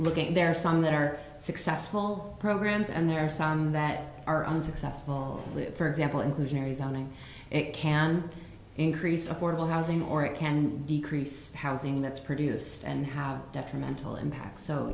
looking there are some that are successful programs and there are some that are unsuccessful for example inclusionary zoning it can increase affordable housing or it can decrease housing that's produced and how detrimental impacts so